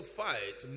fight